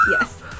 Yes